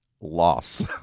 loss